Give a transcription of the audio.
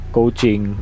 coaching